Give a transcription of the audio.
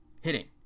hitting